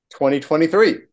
2023